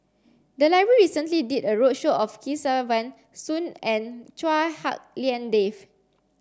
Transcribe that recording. the library recently did a roadshow of Kesavan Soon and Chua Hak Lien Dave